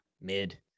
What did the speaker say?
mid